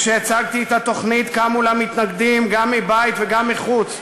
כשהצגתי את התוכנית קמו לה מתנגדים גם מבית וגם מחוץ,